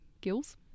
gills